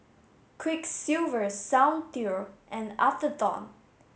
Quiksilver Soundteoh and Atherton